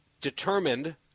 determined